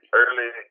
early